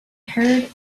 heard